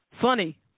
Funny